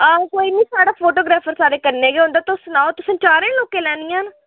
हां कोई निं साढ़ा फोटोग्राफर साढ़े कन्नै गै होंदा तुस सनाओ तुसें चारें लोकें लैनियां न